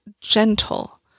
gentle